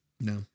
No